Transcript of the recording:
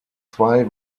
zwei